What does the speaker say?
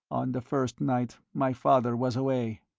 on the first night my father was away,